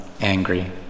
angry